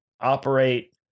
operate